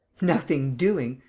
nothing doing!